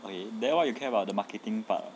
okay then what you care about the marketing part ah